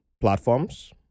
platforms